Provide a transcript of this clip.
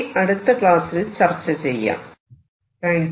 thank you